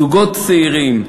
זוגות צעירים,